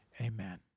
amen